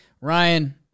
Ryan